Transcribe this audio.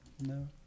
No